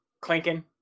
clinking